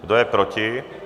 Kdo je proti?